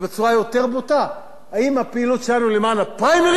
האם הפעילות שלנו היא למען הפריימריס או למען הילדים והנכדים?